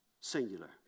Singular